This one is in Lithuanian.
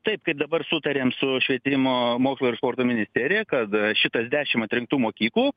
taip kaip dabar sutarėm su švietimo mokslo ir sporto ministerija kad šitas dešim atrinktų mokyklų